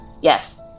yes